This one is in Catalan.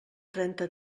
trenta